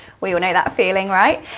we all know that feeling, right?